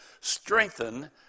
strengthen